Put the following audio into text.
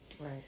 Right